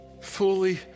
fully